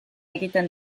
egiten